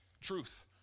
truth